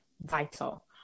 vital